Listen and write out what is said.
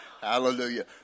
Hallelujah